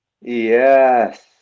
Yes